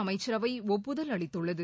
அமைச்சரவை ஒப்புதல் அளித்துள்ளது